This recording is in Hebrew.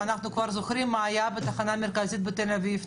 ואנחנו זוכרים מה היה בתחנה המרכזית בתל אביב.